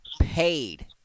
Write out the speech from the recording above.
paid